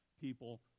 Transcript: people